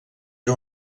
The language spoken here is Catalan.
era